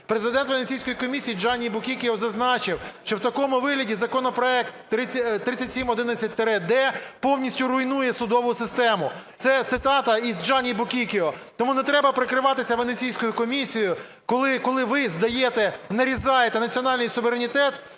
Президент Венеційської комісії Джанні Букіккіо зазначив, що в такому вигляді законопроект 3711-д повністю руйнує судову систему. Це цитата із Джанні Букіккіо. Тому не треба прикриватися Венеційською комісією, коли ви здаєте, нарізаєте національний суверенітет